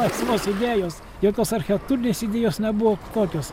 esamos idėjos jokios archiektūrinės idėjos nebuvo kokios